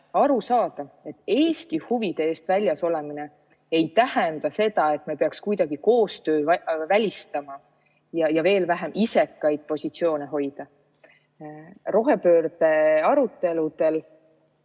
aru saada, et Eesti huvide eest väljas olemine ei tähenda seda, et me peaks kuidagi koostöö välistama või veel vähem, isekaid positsioone hoidma. Rohepöörde aruteludel